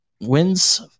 wins